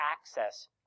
access